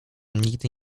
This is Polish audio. nigdy